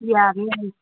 ꯌꯥꯅꯤ ꯌꯥꯏ